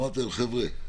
אמרתי להם: חבר'ה,